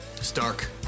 Stark